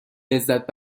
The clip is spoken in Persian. لذت